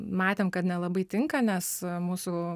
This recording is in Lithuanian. matėm kad nelabai tinka nes mūsų